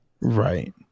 right